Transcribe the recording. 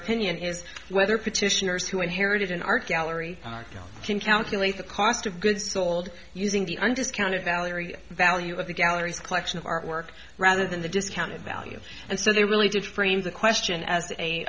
opinion is whether petitioners who inherited an art gallery or you can count collate the cost of goods sold using the undiscounted valorie value of the galleries collection of artwork rather than the discounted value and so they really did frame the question as a